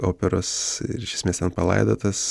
operas ir iš esmės ten palaidotas